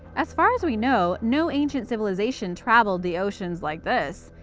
as far as we know, no ancient civilization travelled the oceans like this.